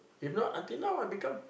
if not until now I become